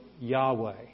Yahweh